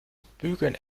bügeln